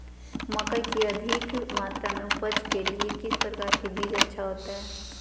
मकई की अधिक मात्रा में उपज के लिए किस प्रकार की बीज अच्छा होता है?